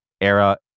era